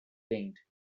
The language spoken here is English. winged